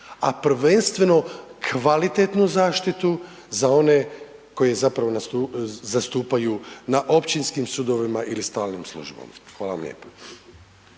a prvenstveno kvalitetnu zaštitu za one koje zapravo zastupaju na općinskim sudovima ili stalim službama. Hvala vam lijepa.